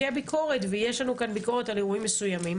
תהיה ביקורת ויש לנו כאן ביקורת על אירועים מסוימים